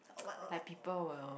like people will